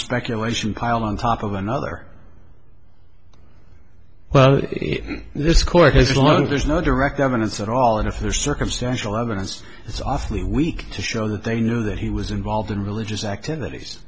speculation piled on top of another well this court has learned there's no direct evidence at all and if there's circumstantial evidence it's awfully weak to show that they knew that he was involved in religious activities